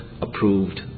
Approved